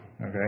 okay